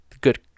good